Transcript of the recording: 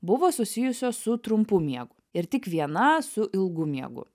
buvo susijusios su trumpu miegu ir tik viena su ilgu miegu